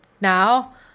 now